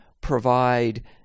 provide